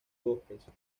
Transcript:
bosques